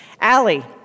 Allie